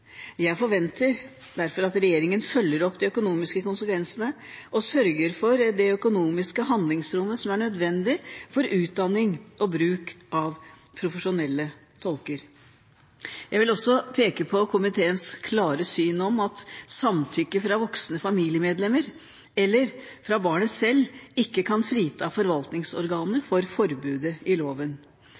Jeg forventer derfor at regjeringen følger opp de økonomiske konsekvensene og sørger for det økonomiske handlingsrommet som er nødvendig for utdanning og bruk av profesjonelle tolker. Jeg vil også peke på komiteens klare syn om at samtykke fra voksne familiemedlemmer, eller fra barnet selv, ikke kan frita forvaltningsorganet for forbudet i loven.